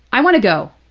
i want to go.